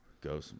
go